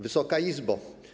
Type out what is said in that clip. Wysoka Izbo!